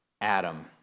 Adam